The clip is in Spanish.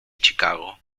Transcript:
chicago